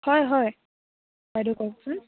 হয় হয় বাইদ' কওকচোন